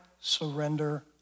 surrender